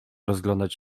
rozglądać